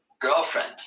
girlfriend